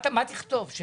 מה תכתוב?